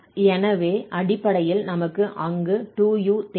எனவே அடிப்படையில் நமக்கு அங்கு 2u தேவை